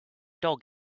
dog